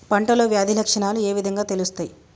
పంటలో వ్యాధి లక్షణాలు ఏ విధంగా తెలుస్తయి?